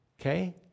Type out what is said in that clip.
okay